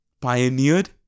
pioneered